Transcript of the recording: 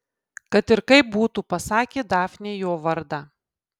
kad ir kaip būtų pasakė dafnei jo vardą